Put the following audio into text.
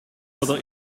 oder